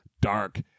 dark